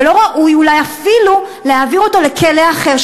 ולא ראוי אולי אפילו להעביר אותו לכלא אחר,